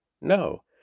No